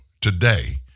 today